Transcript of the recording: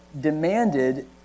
demanded